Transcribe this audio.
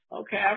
okay